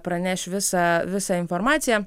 praneš visą visą informaciją